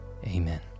Amen